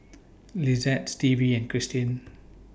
Lizette Stevie and Cristin